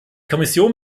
kommission